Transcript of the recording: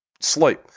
sleep